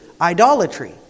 idolatry